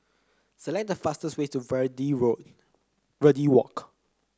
select the fastest way to Verde Walk